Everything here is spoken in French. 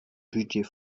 budget